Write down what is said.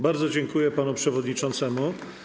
Bardzo dziękuję panu przewodniczącemu.